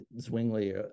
Zwingli